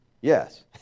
Yes